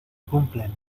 cumplen